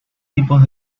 tipos